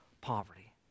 poverty